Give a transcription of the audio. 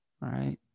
right